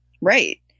Right